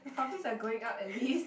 faster I going out and leave